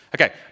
Okay